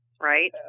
right